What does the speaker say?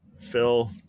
Phil